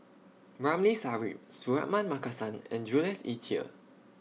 Ramli Sarip Suratman Markasan and Jules Itier